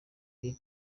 bike